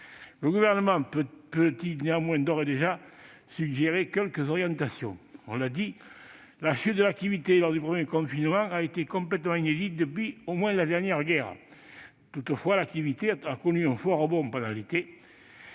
Le Gouvernement peut-il néanmoins d'ores et déjà suggérer quelques orientations ? On l'a dit : la chute de l'activité lors du premier confinement a été complètement inédite depuis au moins la dernière guerre. L'activité a toutefois connu, pendant l'été,